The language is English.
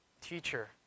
Teacher